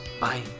Bye